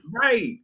Right